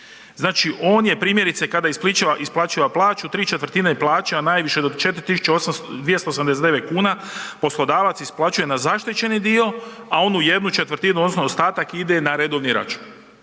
Znači on je primjerice, kada isplaćuje plaću 3/4 plaće, a najviše do 4 289 kuna poslodavac isplaćuje na zaštićeni dio, a oni jedni četvrtinu, odnosno ostatak ide na redovni račun,